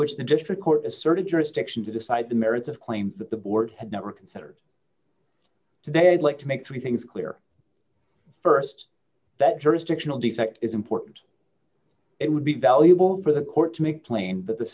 which the district court asserted jurisdiction to decide the merits of claims that the board had never considered today i'd like to make three things clear st that jurisdictional defect is important it would be valuable for the court to make plain that the